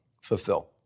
fulfill